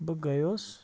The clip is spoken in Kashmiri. بہٕ گٔیوس